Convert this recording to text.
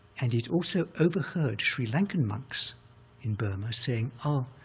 and he'd also overheard sri lankan monks in burma saying, oh,